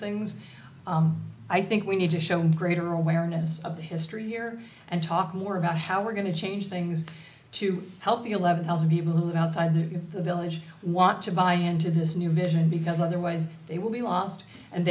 things i think we need to show greater awareness of the history here and talk more about how we're going to change the used to help the eleven thousand people who live outside the village want to buy into this new mission because otherwise they will be lost and